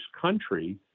country